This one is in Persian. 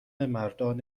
مردان